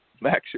Max